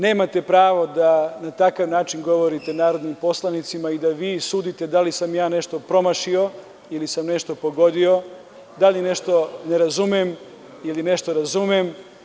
Nemate pravo da na takav način govorite narodnim poslanicima i da vi sudite da li sam ja nešto promašio ili sam nešto pogodio, da li nešto ne razumem ili nešto razumem.